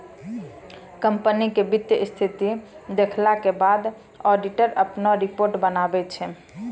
company के वित्तीय स्थिति देखला के बाद ऑडिटर अपनो रिपोर्ट बनाबै छै